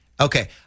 okay